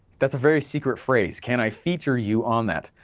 that's a very secret phrase, can i feature you on that,